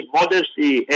modesty